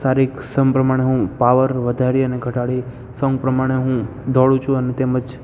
શારીરક શ્રમ પ્રમાણે હું પાવર વધારી અને ઘટાડી સોંગ પ્રમાણે હું દોડું છું અને તેમજ